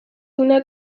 una